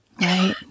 Right